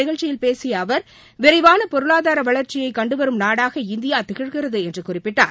நிகழ்ச்சியில் பேசிய அவர் விரைவான பொருளாதார வளர்ச்சியை கண்டுவரும் நாடாக இந்தியா திகழ்கிறது என்று குறிப்பிட்டார்